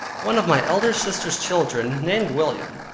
one of my elder sisters' children, named william,